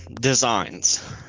Designs